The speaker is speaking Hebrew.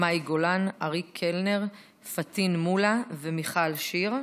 מאי גולן, אריק קלנר, פטין מולא ומיכל שיר,